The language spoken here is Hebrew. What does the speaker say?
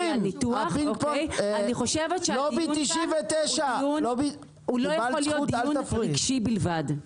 אני חושבת שהדיון כאן לא יכול להיות דיון רגשי בלבד.